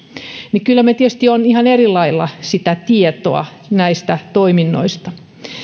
niin kyllä meillä tietysti on ihan eri lailla sitä tietoa näistä toiminnoista